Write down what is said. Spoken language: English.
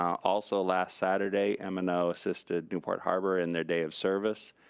also, last saturday, m and o assisted newport harbor in their day of service,